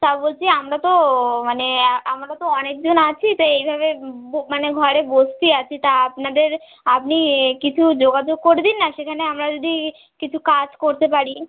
তা বলচি আমরা তো মানে আমরা তো অনেকজন আছি তা এইভাবে বো মানে ঘরে বসছি আছি তা আপনাদের আপনি এ কিছু যোগাযোগ করে দিন না সেজন্যে আমরা যদি কিছু কাজ করতে পারি